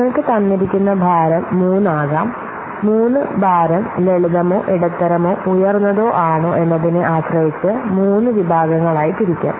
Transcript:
നിങ്ങൾക്ക് തന്നിരിക്കുന്ന ഭാരം മൂന്ന് ആകാം 3 ഭാരം ലളിതമോ ഇടത്തരമോ ഉയർന്നതോ ആണോ എന്നതിനെ ആശ്രയിച്ച് മൂന്ന് വിഭാഗങ്ങളായി തിരിക്കാം